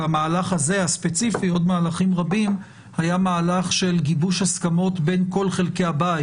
והמהלך הזה הספציפי היה מהלך של גיבוש הסכמות בין כל חלקי הבית,